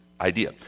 idea